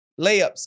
Layups